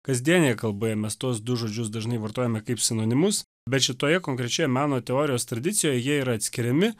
kasdienėje kalboje mes tuos du žodžius dažnai vartojame kaip sinonimus bet šitoje konkrečioje meno teorijos tradicijoje jie yra atskiriami